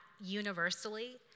universally